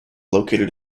located